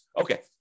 Okay